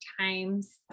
times